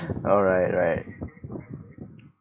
oh right right